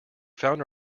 found